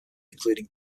including